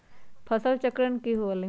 फसल चक्रण की हुआ लाई?